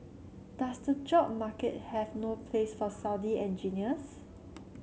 does the job market have no place for Saudi engineers